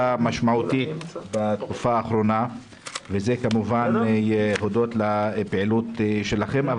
משמעותית בתקופה האחרונה וזה כמובן הודות לפעילות שלכם.